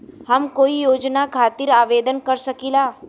हम कोई योजना खातिर आवेदन कर सकीला?